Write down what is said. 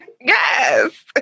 Yes